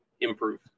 improve